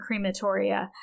crematoria